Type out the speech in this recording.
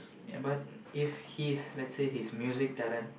but if he's let's say his music talent